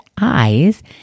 eyes